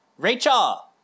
Rachel